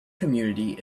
community